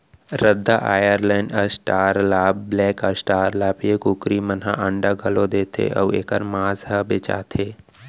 रद्दा Island, Australorp, black Australorp ए कुकरी मन ह अंडा घलौ देथे अउ एकर मांस ह बेचाथे